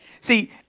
See